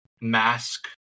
mask